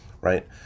Right